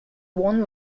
one